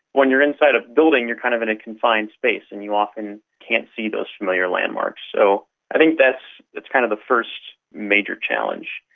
when you're inside a building you're kind of in a confined space and you can't see those familiar landmarks. so i think that's that's kind of the first major challenge.